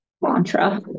mantra